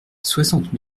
soixante